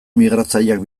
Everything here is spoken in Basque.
migratzaileak